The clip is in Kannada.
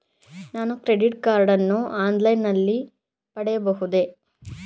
ನಾನು ಕ್ರೆಡಿಟ್ ಕಾರ್ಡ್ ಅನ್ನು ಆನ್ಲೈನ್ ನಲ್ಲಿ ಪಡೆಯಬಹುದೇ?